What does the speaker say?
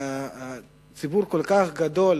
שציבור כל כך גדול